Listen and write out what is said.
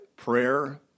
Prayer